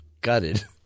gutted